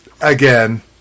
Again